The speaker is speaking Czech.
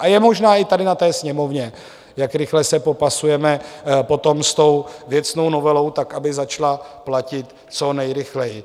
A je možná i tady na té Sněmovně, jak rychle se popasujeme potom s věcnou novelou, aby začala platit co nejrychleji.